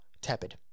tepid